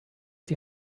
die